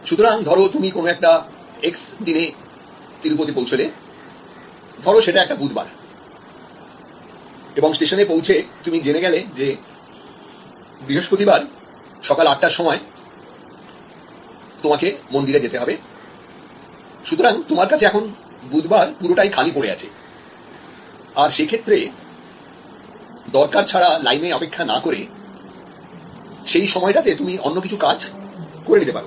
সুতরাং ধরো তুমি কোন একটা X দিনে তিরুপতি পৌছলে ধরো সেটা একটা বুধবার এবং স্টেশনে পৌঁছে তুমি জেনে গেলে যে বৃহস্পতিবার সকাল আটটার সময় আমাকে মন্দিরে যেতে হবে সুতরাং তোমার কাছে এখন বুধবার পুরোটাই খালি পড়ে আছে আর সেক্ষেত্রে দরকার ছাড়া লাইনে অপেক্ষা না করে সেই সময়টাতে তুমি অন্য কিছু কাজ করে নিতে পারো